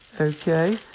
okay